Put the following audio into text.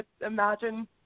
imagine